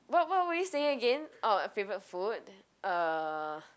what what were you saying again orh favorite food uh